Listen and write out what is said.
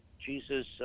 Jesus